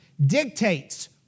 dictates